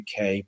UK